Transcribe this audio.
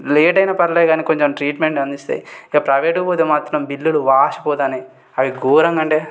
లేటయినా పర్లేదు గాని కొంచెం ట్రీట్మెంట్ అందిస్తయి ఇక ప్రైవేటుకి పోతే మాత్రం బిల్లులు వాశిపోతన్నాయి అవి గోరంగా అంటే